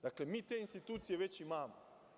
Dakle, mi te institucije već imamo.